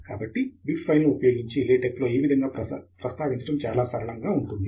కాబట్టి బిబ్ ఫైల్ను ఉపయోగించి లేటెక్ లో ఈ విధంగా ప్రస్తావించడం చాలా సరళంగా ఉంటుంది